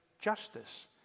justice